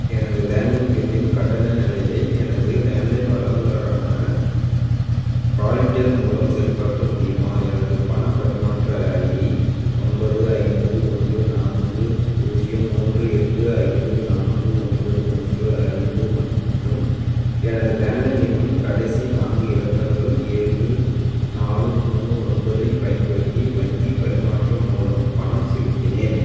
எனது லேண்ட்லைன் பில்லின் கட்டண நிலையை எனது லேண்ட்லைன் வழங்குநரான ராயில்டெல் மூலம் சரிபார்க்க முடியுமா எனது பணப் பரிமாற்ற ஐடி ஒன்பது ஐந்து ஒன்று நான்கு பூஜ்ஜியம் மூன்று எட்டு ஐந்து நான்கு ஒன்பது ஒன்று ஐந்து மற்றும் எனது லேண்ட்லைன் எண்ணின் கடைசி நான்கு இலக்கங்கள் ஏழு நாலு மூணு ஒன்பதைப் பயன்படுத்தி வங்கி பரிமாற்றம் மூலம் பணம் செலுத்தினேன்